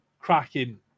cracking